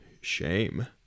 shame